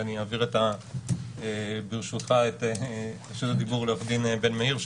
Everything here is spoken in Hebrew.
ואני אעביר ברשותך את רשות הדיבור לעוה"ד בן מאיר.